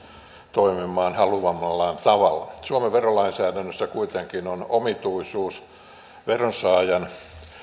toimimaan haluamallaan tavalla suomen verolainsäädännössä kuitenkin on omituisuus veronsaajan